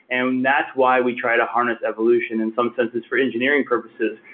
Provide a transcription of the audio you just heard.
and that's why we try to harness evolution, in some sense it's for engineering purposes,